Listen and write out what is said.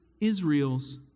Israel's